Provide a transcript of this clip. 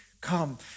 come